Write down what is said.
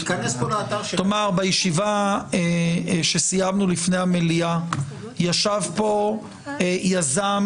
בישיבה שסיימנו לפני המליאה ישב פה יזם